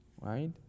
Right